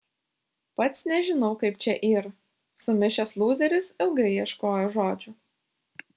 pats nežinau kaip čia yr sumišęs lūzeris ilgai ieškojo žodžių